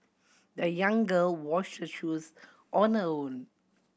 the young girl washed her shoes on her own